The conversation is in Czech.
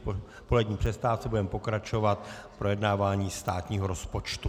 Po polední přestávce budeme pokračovat projednáváním státního rozpočtu.